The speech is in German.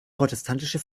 protestantische